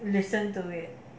listen to it